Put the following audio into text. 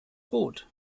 boot